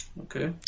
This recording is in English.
okay